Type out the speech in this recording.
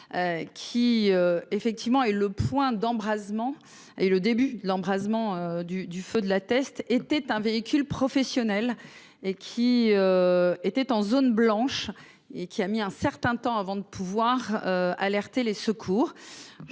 Qui effectivement est le point d'embrasement et le début l'embrasement du du feu de La Teste était un véhicule professionnel et qui. Était en zone blanche et qui a mis un certain temps avant de pouvoir alerter les secours.